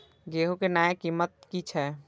गेहूं के नया कीमत की छे?